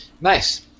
nice